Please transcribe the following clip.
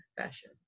fashion